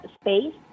space